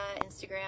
Instagram